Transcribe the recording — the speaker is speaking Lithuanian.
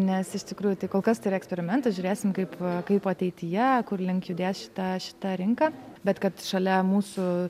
nes iš tikrųjų tai kol kas tėra eksperimentas žiūrėsim kaip kaip ateityje kurlink judės šita šita rinka bet kad šalia mūsų